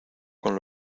con